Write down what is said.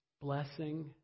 blessing